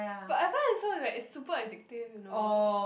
but I find that it's so like super addictive you know